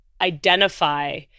identify